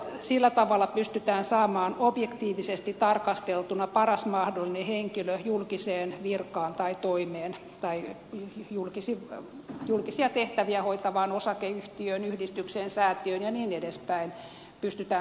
sillä tavalla pystytään saamaan objektiivisesti tarkasteltuna paras mahdollinen henkilö julkiseen virkaan tai toimeen tai julkisia tehtäviä hoitavaan osakeyhtiöön yhdistykseen säätiöön ja niin edelleen